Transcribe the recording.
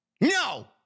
No